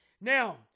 Now